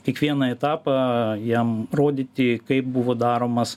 kiekvieną etapą jam rodyti kaip buvo daromas